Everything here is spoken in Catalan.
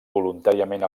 voluntàriament